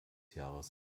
jahres